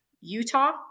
Utah